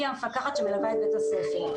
היא המפקחת שמלווה את בית הספר.